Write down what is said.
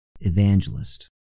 Evangelist